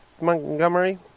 Montgomery